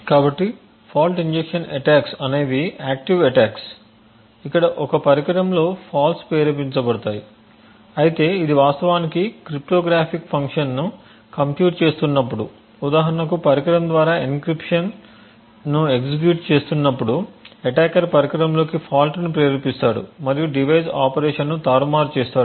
కాబట్టి fault injection attacks అనేవి active attacks ఇక్కడ ఒక పరికరంలో లోపాలు ప్రేరేపించబడతాయి అయితే ఇది వాస్తవానికి క్రిప్టోగ్రాఫిక్ ఫంక్షన్ను కంప్యూట్ చేస్తున్నప్పుడు ఉదాహరణకు పరికరం ద్వారా ఎన్క్రిప్షన్ను ఎగ్జిక్యూట్ చేస్తున్నప్పుడు అటాకర్ పరికరంలోకి ఫాల్ట్ని ప్రేరేపిస్తాడు మరియు డివైస్ ఆపరేషన్ను తారుమారు చేస్తాడు